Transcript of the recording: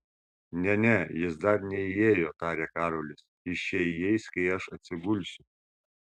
ne ne jis dar neįėjo tarė karolis jis čia įeis kai aš atsigulsiu